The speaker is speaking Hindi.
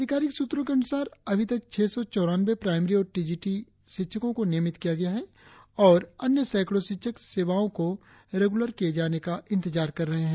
अधिकारिक सूत्रों के अनुसार अभी तक छह सौ चौरानवें प्राईमरी और टी जी टी को नियमित किया गया है और अन्य सैकड़ों शिक्षक सेवाओं को रेगुलर किये जाने का इंतजार कर रहे है